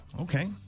Okay